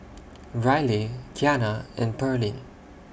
Ryleigh Kiana and Pearline